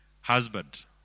Husband